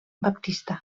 baptista